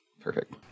perfect